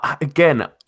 Again